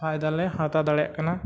ᱯᱷᱟᱭᱫᱟ ᱞᱮ ᱦᱟᱛᱟᱣ ᱫᱟᱲᱮᱭᱟᱜ ᱠᱟᱱᱟ